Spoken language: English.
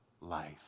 life